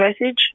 message